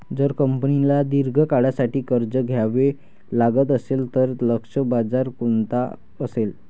जर कंपनीला दीर्घ काळासाठी कर्ज घ्यावे लागत असेल, तर लक्ष्य बाजार कोणता असेल?